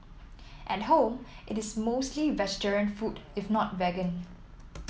at home it is mostly vegetarian food if not vegan